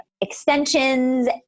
extensions